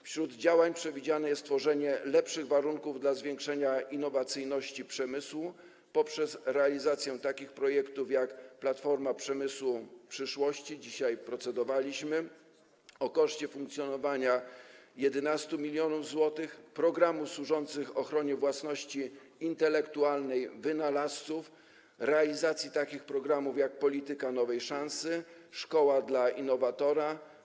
Wśród działań przewidziane jest tworzenie lepszych warunków dla zwiększenia innowacyjności przemysłu poprzez realizację takich projektów, jak Platforma Przemysłu Przyszłości, dzisiaj nad tym procedowaliśmy, o koszcie funkcjonowania 11 mln zł, programów służących ochronie własności intelektualnej wynalazców, a także takich programów jak „Polityka nowej szansy”, „Szkoła dla innowatora”